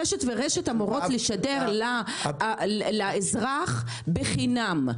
קשת ורשת אמורות לשדר לאזרח חינם.